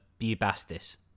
Bubastis